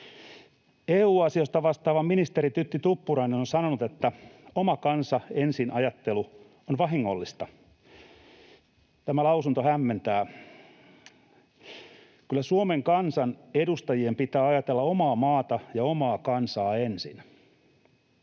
EU-asioista vastaava ministeri Tytti Tuppurainen on sanonut, että oma kansa ensin ‑ajattelu on vahingollista. Tämä lausunto hämmentää. Kyllä Suomen kansan edustajien pitää ajatella omaa maata ja omaa kansaa ensin.